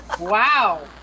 Wow